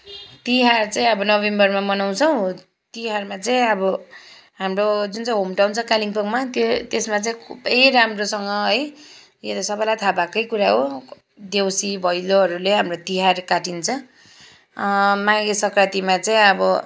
तिहार चाहिँ अब नोभेम्बरमा मनाउँछौँ तिहारमा चाहिँ अब हाम्रो जुनचाहिँ होम टाउन छ कालिम्पोङमा त्यो त्यसमा चाहिँ खुबै राम्रोसँग है यो त सबैलाई थाहा भएकै कुरा हो देउसी भैलोहरूले हाम्रो तिहार काटिन्छ माघे संक्रान्तिमा चाहिँ अब